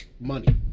money